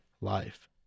life